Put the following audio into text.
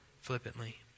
flippantly